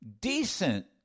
decent